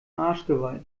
arschgeweih